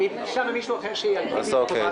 הוא טען שנתניהו יהיה ראש ממשלה גם בעשור הקרוב,